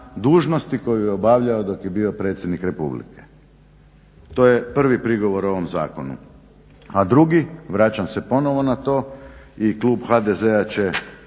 dužnosti koju je obavljao dok je bio Predsjednik Republike. To je prvi prigovor ovom zakonu. A drugi, vraćam se ponovo na to i klub HDZ-a će